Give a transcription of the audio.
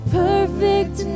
perfect